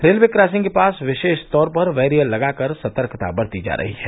railway crossing के पास विशेष तौर पर बैरियर लगाकर सतर्कता बरती जा रही है